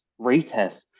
retest